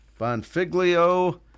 Bonfiglio